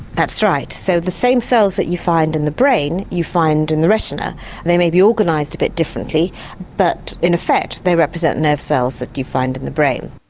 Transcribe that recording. that's right, so the same cells that you find in the brain you find in the retina and they may be organised a bit differently but in effect they represent nerve cells that you find in the brain.